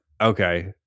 okay